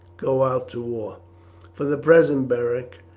go out to war for the present, beric,